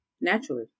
Naturally